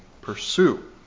pursue